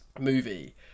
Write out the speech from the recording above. movie